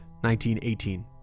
1918